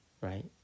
Right